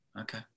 okay